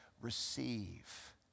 receive